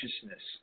consciousness